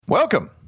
Welcome